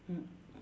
mm